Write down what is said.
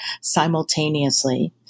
simultaneously